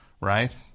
Right